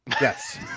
Yes